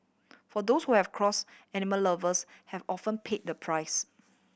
for those who have cross animal lovers have often pay the price